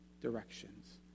directions